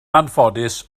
anffodus